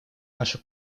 нашу